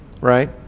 Right